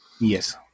Yes